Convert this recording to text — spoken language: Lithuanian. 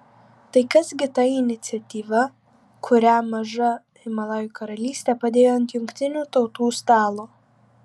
tai kas gi ta iniciatyva kurią maža himalajų karalystė padėjo ant jungtinių tautų stalo